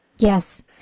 Yes